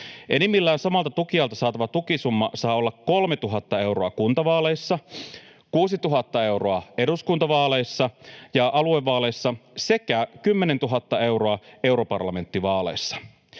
Enimmillään samalta tukijalta saatava tukisumma saa olla 3 000 euroa kuntavaaleissa, 6 000 euroa eduskuntavaaleissa ja aluevaaleissa sekä 10 000 euroa europarlamenttivaaleissa.